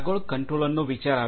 આગળ કંટ્રોલરનો વિચાર આવે છે